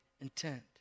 intent